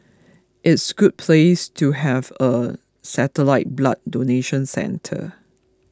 it's good place to have a satellite blood donation centre